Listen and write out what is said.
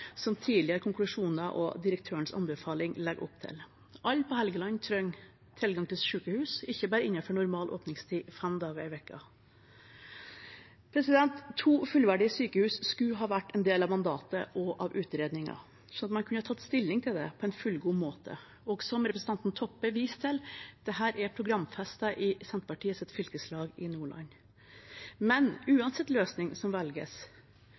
som tidligere konklusjoner og direktørens anbefaling legger opp til. Alle på Helgeland trenger tilgang til sykehus, ikke bare innenfor normal åpningstid fem dager i uka. To fullverdige sykehus skulle ha vært en del av mandatet og av utredningen, sånn at man kunne tatt stilling til det på en fullgod måte. Som representanten Toppe viste til, er dette programfestet i Senterpartiets fylkeslag i Nordland. Men uansett hvilken løsning som velges,